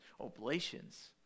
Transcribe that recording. oblations